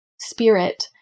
spirit